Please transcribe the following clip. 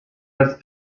has